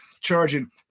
charging